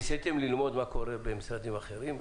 ניסיתם ללמוד מה קורה במשרדים אחרים?